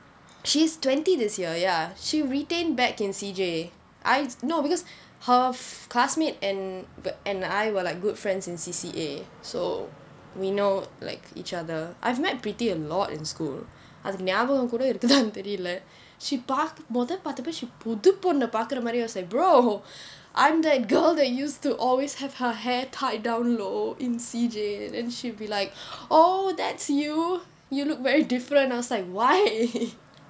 she's twenty this year ya she retained back in C_J I no because her classmate and but and I were like good friends in C_C_A so we know like each other I've met preeti a lot in school அதுக்கு ஞாபகம் கூட இருக்கா தெரியில்லே:athukku nyabakam kuda irukkaa theriyillae she பார்க்கு முதல் பார்த்தப்போ:paarkku muthal paarthappo she புது பொண்ணு பார்க்கிற மாதிரி:puthu ponnu paarkira maathiri I was like brother I'm that girl that used to always have her hair tied down low in C_J then she'll be like oh that's you you look very different I was like why